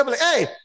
Hey